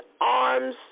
arms